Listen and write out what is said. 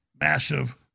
massive